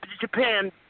Japan